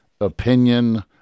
opinion